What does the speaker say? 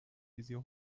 visier